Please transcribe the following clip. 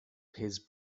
his